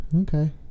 Okay